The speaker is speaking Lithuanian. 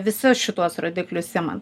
visus šituos rodiklius iman